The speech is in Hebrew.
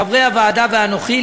חברי הוועדה ואנוכי,